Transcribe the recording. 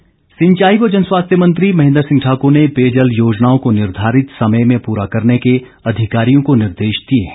महेन्द्र सिंह सिंचाई व जनस्वास्थ्य मंत्री महेन्द्र सिंह ठाक्र ने पेयजल योजनाओं को निर्धारित समय में पूरा करने के अधिकारियों को निर्देश दिए हैं